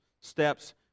steps